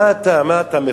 מה אתה מפרק?